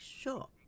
sure